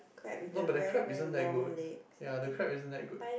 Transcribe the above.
no but their crab isn't that good ya the crab isn't that good